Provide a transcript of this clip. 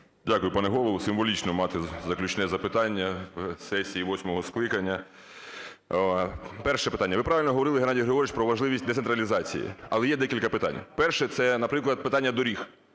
Дякую, пане Голово. Символічно мати заключне запитання сесії восьмого скликання. Перше питання. Ви правильно говорили, Геннадій Григорович, про важливість децентралізації, але є декілька питань. Перше – це, наприклад, питання доріг.